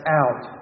out